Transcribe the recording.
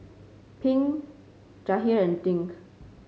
Pink Jahir and Dink